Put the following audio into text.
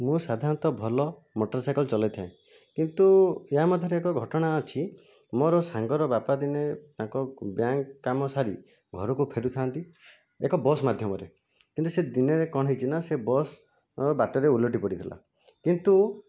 ମୁଁ ସାଧାରଣତଃ ଭଲ ମୋଟରସାଇକେଲ ଚଳାଇଥାଏ କିନ୍ତୁ ଏହା ମଧ୍ୟରେ ଏକ ଘଟଣା ଅଛି ମୋର ସାଙ୍ଗର ବାପା ଦିନେ ତାଙ୍କ ବ୍ୟାଙ୍କ୍ କାମ ସାରି ଘରକୁ ଫେରୁଥାନ୍ତି ଏକ ବସ୍ ମାଧ୍ୟମରେ କିନ୍ତୁ ସେ ଦିନରେ କ'ଣ ହୋଇଛି ନା ସେ ବସ୍ ବାଟରେ ଓଲଟି ପଡ଼ିଥିଲା କିନ୍ତୁ